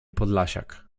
podlasiak